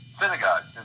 synagogue